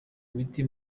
imiti